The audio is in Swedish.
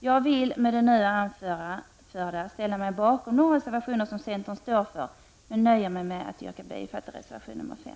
Jag vill med det nu anförda ställa mig bakom de reservationer som centern står för men nöjer mig med att yrka bifall till reservation nr 5.